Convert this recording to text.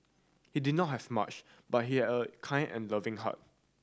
he did not have much but he had a kind and loving heart